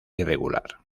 irregular